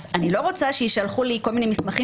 אז אני לא רוצה שיישלחו לי כל מיני מסמכים